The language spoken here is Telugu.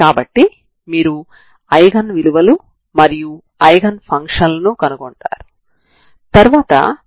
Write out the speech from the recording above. కాబట్టి మీరు ఈ లైన్ సమీకరణాన్ని కనుగొంటారు అది t t0t0c t0 అవుతుంది